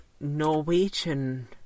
Norwegian